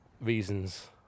reasons